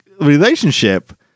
relationship